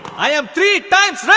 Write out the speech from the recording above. i am three times